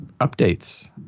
updates